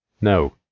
No